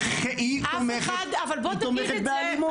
היא תומכת באלימות.